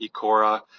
ECORA